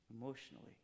emotionally